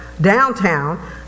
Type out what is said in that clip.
downtown